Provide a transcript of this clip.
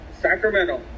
Sacramento